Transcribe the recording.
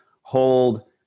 hold